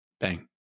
Bang